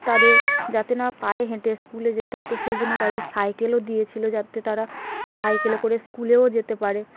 তাদের যাতে না পায়ে হেঁটে স্কুলে যেতে হতো সেই জন্য তাদের সাইকেলও দিয়েছিল যাতে তারা সাইকেলে করে স্কুলেও যেতে পারে